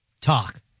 talk